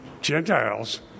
Gentiles